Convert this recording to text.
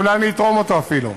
אולי אני אתרום אותו אפילו.